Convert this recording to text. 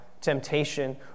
temptation